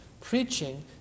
preaching